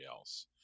else